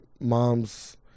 mom's